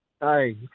Hi